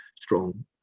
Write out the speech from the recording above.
strong